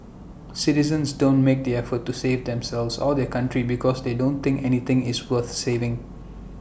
citizens don't make the effort to save themselves or their country because they don't think anything is worth saving